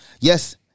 Yes